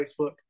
Facebook